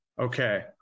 Okay